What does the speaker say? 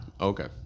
Okay